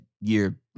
year